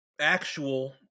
actual